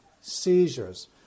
seizures